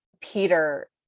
Peter